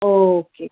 okay